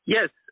Yes